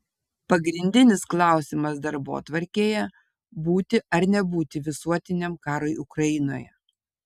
pagrindinis klausimas darbotvarkėje būti ar nebūti visuotiniam karui ukrainoje